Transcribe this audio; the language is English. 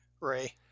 ray